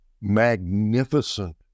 magnificent